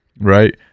right